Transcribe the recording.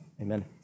Amen